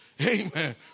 Amen